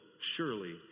surely